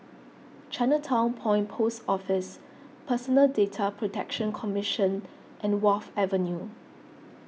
Chinatown Point Post Office Personal Data Protection Commission and Wharf Avenue